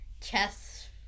chess